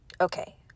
Okay